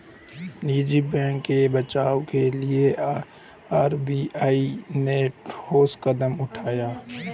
निजी बैंकों के बचाव के लिए आर.बी.आई ने ठोस कदम उठाए